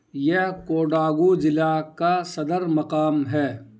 یہ کوڈاگو ضلع کا صدر مقام ہے